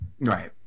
right